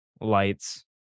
lights